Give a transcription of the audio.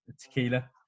tequila